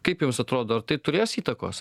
kaip jums atrodo tai turės įtakos